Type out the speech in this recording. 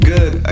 Good